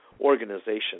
organization